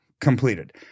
completed